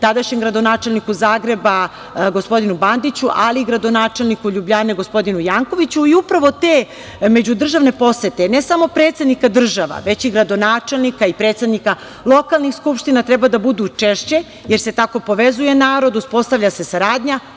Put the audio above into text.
tadašnjem gradonačelniku Zagreba gospodinu Bandiću, ali i gradonačelniku Ljubljane gospodinu Jankoviću i upravo te međudržavne posete, ne samo predsednika država, već i gradonačelnika i predsednika lokalnih skupština, treba da budu češće jer se tako povezuje narod, uspostavlja se saradnja,